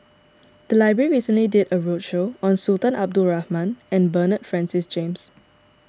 the library recently did a roadshow on Sultan Abdul Rahman and Bernard Francis James